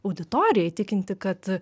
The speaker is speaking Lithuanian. auditoriją įtikinti kad